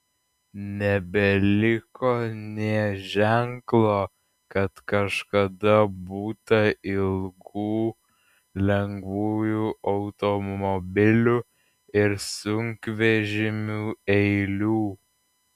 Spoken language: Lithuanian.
nebeliko nė ženklo kad kažkada būta ilgų lengvųjų automobilių ir sunkvežimių eilių